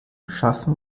schaffen